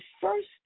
first